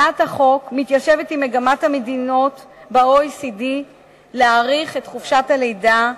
הצעת החוק מתיישבת עם מגמת המדינות ב-OECD להאריך את חופשת הלידה,